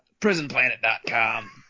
Prisonplanet.com